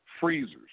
Freezers